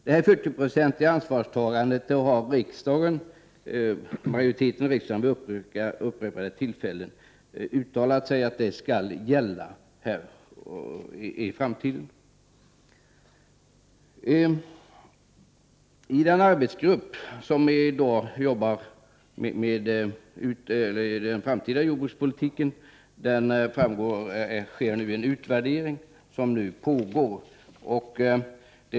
Detta 40-procentiga ansvarstagande — det har majoriteten av riksdagen vid upprepade tillfällen uttalat sig för — skall gälla i framtiden. I den arbetsgrupp som i dag jobbar med den framtida jordbrukspolitiken sker en utvärdering.